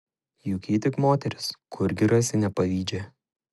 juk ji tik moteris kurgi rasi nepavydžią